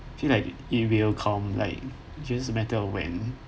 feel like it will come like just matter of when